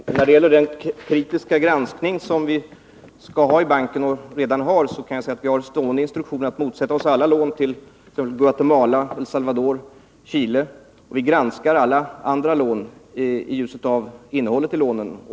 Fru talman! När det gäller vår kritiska granskning i banken har vi stående instruktioner att motsätta oss alla lån till Guatemala, Salvador och Chile. Vi granskar alla andra lån med hänsyn till innehållet i lånen.